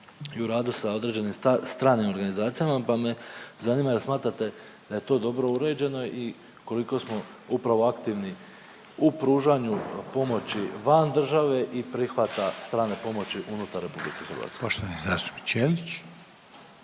i u radu sa određenim stranim organizacijama pa me zanima je li smatrate da je to dobro uređeno i koliko smo upravo aktivni u pružanju pomoći van države i prihvata strane pomoći unutar RH. **Reiner, Željko (HDZ)** Poštovani zastupnik Ćelić.